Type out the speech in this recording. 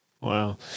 wow